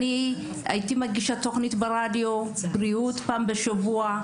הייתי מגישה תוכנית ברדיו על בריאות פעם בשבוע,